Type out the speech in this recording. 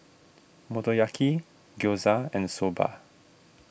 Motoyaki Gyoza and the Soba